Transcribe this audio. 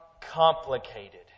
complicated